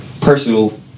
personal